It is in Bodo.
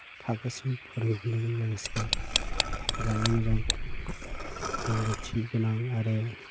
थाखोसिम फोरोंहोनदोंमोन लोगोसे मोजाङै मोजां रोंगौथि गोनां आरो